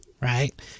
Right